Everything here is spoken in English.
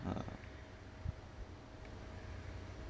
ha